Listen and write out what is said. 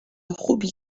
خوبی